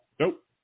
Nope